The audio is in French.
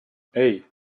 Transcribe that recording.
hey